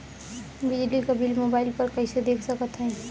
बिजली क bill mobile पर कईसे देख सकत हई?